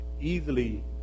easily